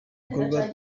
ibikorwa